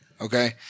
Okay